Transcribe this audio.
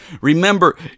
Remember